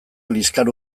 liskar